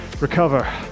recover